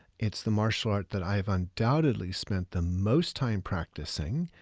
it's the martial art that i've undoubtedly spent the most time practicing.